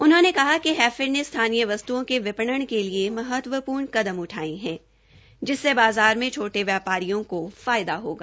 उन्होने कहा कि हैफेड ने स्थानीय वस्त्रों के विनना के लिए महत्वपूर्ण कदम उठाये है जिससे बाज़ार में छोटे व्यापारियों को लाभ होगा